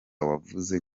wavuze